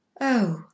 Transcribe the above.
Oh